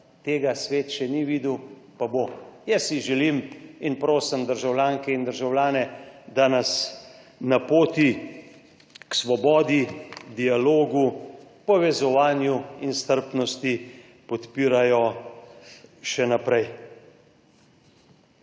Tega svet še ni videl, pa bo. Jaz si želim in prosim državljanke in državljane, da nas na poti k svobodi, dialogu, povezovanju in strpnosti podpirajo še naprej.